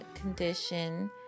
condition